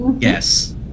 Yes